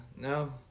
no